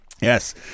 Yes